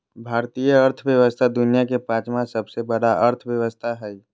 भारतीय अर्थव्यवस्था दुनिया के पाँचवा सबसे बड़ा अर्थव्यवस्था हय